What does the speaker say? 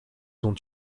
ont